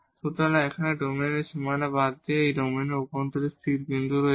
সুতরাং এখানে ডোমেন বা বাউন্ডারি বাদ দিয়ে এই ডোমেনের অভ্যন্তরে স্থির বিন্দু রয়েছে